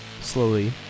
slowly